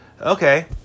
okay